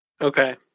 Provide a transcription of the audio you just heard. Okay